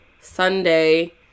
Sunday